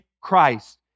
Christ